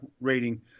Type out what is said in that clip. rating